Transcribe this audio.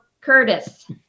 Curtis